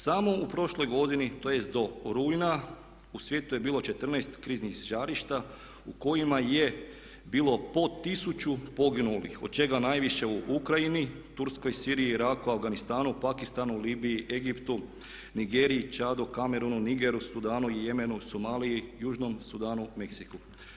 Samo u prošloj godini, tj. do rujna u svijetu je bilo 14 kriznih žarišta u kojima je bilo po tisuću poginulih od čega najviše u Ukrajini, Turskoj, Siriji, Iraku, Afganistanu, Pakistanu, Libiji, Egiptu, Nigeriji, Čadu, Cameronu, Nigeru, Sudanu i Emenu, Somaliji, Južnom Sudanu, Meksiku.